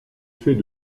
fait